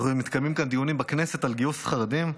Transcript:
הרי מתקיימים כאן דיונים בכנסת על גיוס חרדים.